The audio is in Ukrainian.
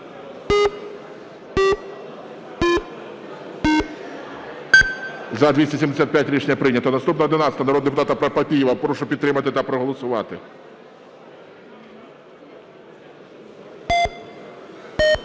За-275 Рішення прийнято. Наступна 11-а народного депутата Папієва. Прошу підтримати та проголосувати.